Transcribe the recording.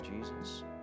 Jesus